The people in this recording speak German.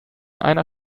einer